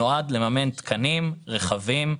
נועד לממן תקנים רחבים,